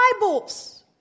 Bibles